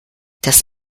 das